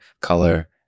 color